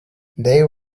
there